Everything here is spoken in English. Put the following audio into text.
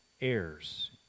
heirs